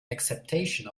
acceptation